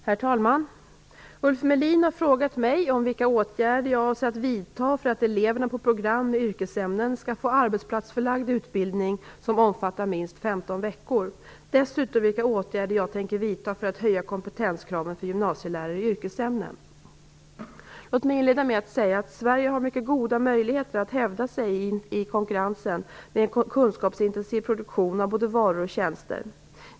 Herr talman! Ulf Melin har frågat mig vilka åtgärder jag avser att vidta för att eleverna på program med yrkesämnen skall få arbetsplatsförlagd utbildning som omfattar minst 15 veckor och dessutom vilka åtgärder jag tänker vidta för att höja kompetenskraven för gymnasielärare i yrkesämnen. Låt mig inleda med att säga att Sverige har mycket goda möjligheter att hävda sig i konkurrensen med kunskapsintensiv produktion av både varor och tjänster.